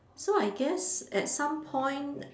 so I guess at some point